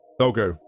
Okay